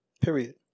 period